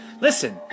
Listen